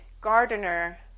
gardener